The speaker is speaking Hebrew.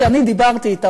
אני דיברתי אתם,